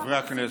חברי הכנסת,